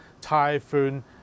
typhoon